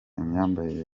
imyambarire